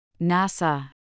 NASA